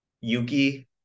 Yuki